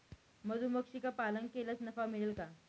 मधुमक्षिका पालन केल्यास नफा मिळेल का?